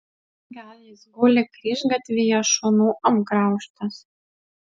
gal jis guli kryžgatvyje šunų apgraužtas